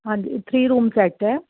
ਹਾਂਜੀ three room set ਹੈ